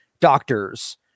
doctors